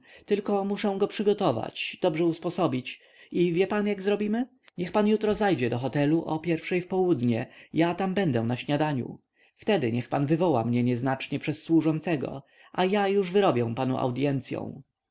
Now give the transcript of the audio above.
tylko muszę go przygotować dobrze usposobić i wie pan jak zrobimy niech pan jutro zajdzie do hotelu o pierwszej w południe ja tam będę na śniadaniu wtedy niech pan wywoła mnie nieznacznie przez służącego a już ja wyrobię panu